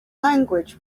language